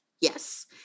Yes